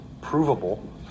provable